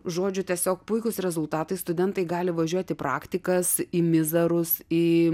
žodžiu tiesiog puikūs rezultatai studentai gali važiuoti praktikas į mizarus į